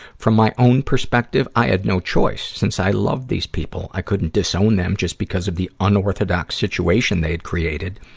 from my own perspective, i had no choice since i love these people. i couldn't disown then just because of the unorthodox situation they had created.